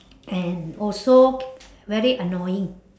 and also very annoying